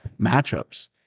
Matchups